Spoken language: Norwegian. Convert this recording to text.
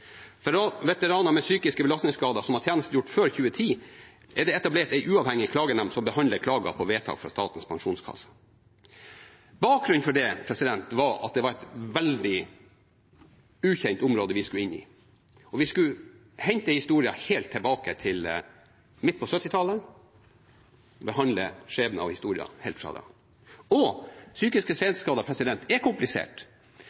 For veteraner med psykiske belastningsskader som har tjenestegjort før 2010, er det etablert en uavhengig klagenemnd som behandler klager på vedtak fra Statens pensjonskasse. Bakgrunnen for det var at det var et veldig ukjent område vi skulle inn i, og vi skulle hente historier helt tilbake til midt på 1970-tallet, behandle skjebner og historier helt fra da. Psykiske